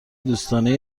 دوستانه